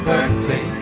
Berkeley